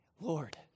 Lord